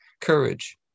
courage